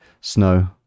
snow